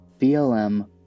BLM